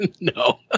No